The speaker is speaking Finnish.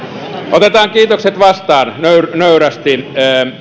otetaan kiitokset vastaan nöyrästi